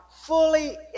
fully